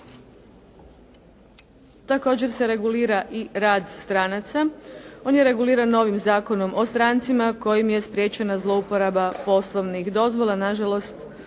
Također se regulira i rad stranaca. On je reguliran novim Zakonom o strancima kojim je spriječena zlouporaba poslovnih dozvola. Na žalost